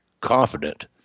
confident